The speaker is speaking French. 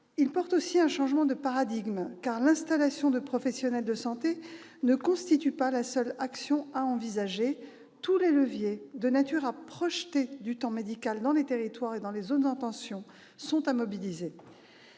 porteur d'un changement de paradigme, car l'installation de professionnels de santé ne constitue pas la seule action à envisager : tous les leviers de nature à projeter du temps médical dans les territoires et les zones en tension sont à mobiliser.